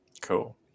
cool